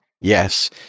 Yes